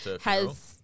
has-